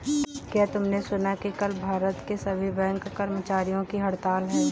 क्या तुमने सुना कि कल भारत के सभी बैंक कर्मचारियों की हड़ताल है?